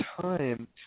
time